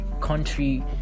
country